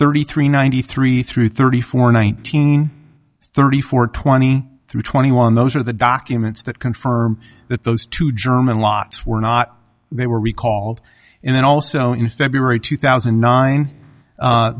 thirty three ninety three through thirty four nineteen thirty four twenty three twenty one those are the documents that confirm that those two german lots were not they were recalled and then also in february two thousand and nine